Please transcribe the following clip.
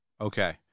Okay